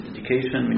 Education